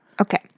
okay